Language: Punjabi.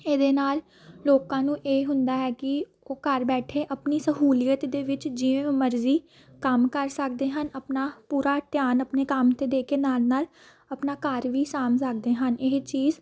ਇਹਦੇ ਨਾਲ ਲੋਕਾਂ ਨੂੰ ਇਹ ਹੁੰਦਾ ਹੈ ਕਿ ਉਹ ਘਰ ਬੈਠੇ ਆਪਣੀ ਸਹੂਲੀਅਤ ਦੇ ਵਿੱਚ ਜਿਵੇਂ ਮਰਜ਼ੀ ਕੰਮ ਕਰ ਸਕਦੇ ਹਨ ਆਪਣਾ ਪੂਰਾ ਧਿਆਨ ਆਪਣੇ ਕੰਮ ਤੇ ਦੇ ਕੇ ਨਾਲ ਨਾਲ ਆਪਣਾ ਘਰ ਵੀ ਸਾਂਭ ਸਕਦੇ ਹਨ ਇਹ ਚੀਜ਼